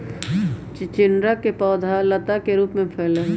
चिचिंडा के पौधवा लता के रूप में फैला हई